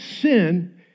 sin